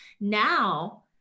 now